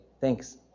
thanks